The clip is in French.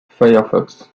firefox